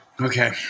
Okay